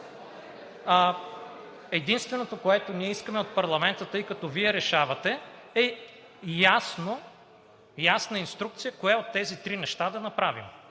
Единственото, което ние искаме от парламента, тъй като Вие решавате, е една ясна инструкция кое от тези три неща да направим.